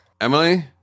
Emily